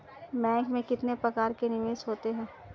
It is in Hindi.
बैंक में कितने प्रकार के निवेश होते हैं?